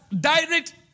direct